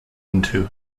into